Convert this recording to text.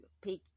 pick